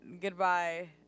Goodbye